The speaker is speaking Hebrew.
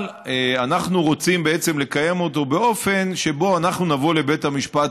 אבל אנחנו רוצים בעצם לקיים אותו באופן שבו אנחנו נבוא לבית המשפט